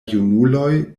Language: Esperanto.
junuloj